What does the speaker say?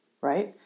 right